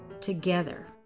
together